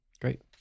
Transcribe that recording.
Great